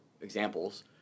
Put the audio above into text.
examples